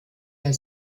der